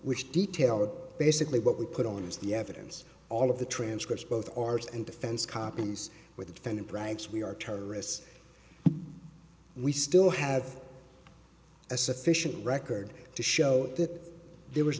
which detailed basically what we put on as the evidence all of the transcripts both ours and defense copies with the defendant brags we are terrorists we still have a sufficient record to show that there was